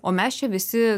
o mes čia visi